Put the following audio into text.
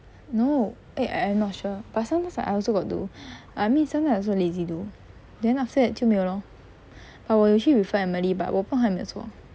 no eh I I not sure but sometimes I also got do I mean sometimes I also lazy do then after that 就没有了 lor but 我有去 refer emily but 我不懂她有没有做